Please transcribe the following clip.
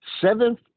Seventh